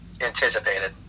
Anticipated